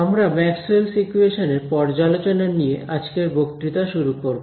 আমরা Maxwell's equations Maxwell's equations এর পর্যালোচনা নিয়ে আজকের বক্তৃতা শুরু করব